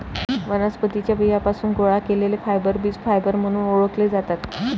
वनस्पतीं च्या बियांपासून गोळा केलेले फायबर बीज फायबर म्हणून ओळखले जातात